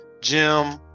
jim